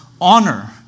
honor